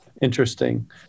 Interesting